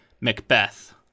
Macbeth